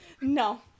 No